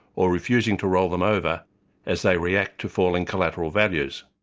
or refusing to roll them over as they react to falling collateral values.